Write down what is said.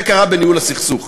זה קרה בניהול הסכסוך.